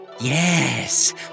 Yes